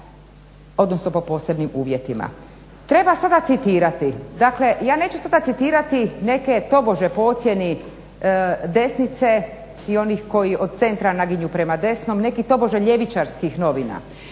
odnosno po posebnim uvjetima. Treba sada citirati, dakle ja neću sada citirati neke tobože po ocjeni desnice i onih koji od centra naginju prema desno, nekih tobože ljevičarskih novina